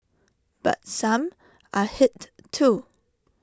but some are hit too